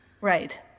right